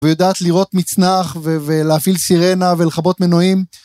ויודעת לראות מצנח ולהפעיל סירנה ולכבות מנועים.